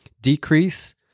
decrease